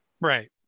Right